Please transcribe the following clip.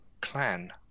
clan